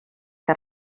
que